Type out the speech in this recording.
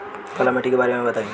काला माटी के बारे में बताई?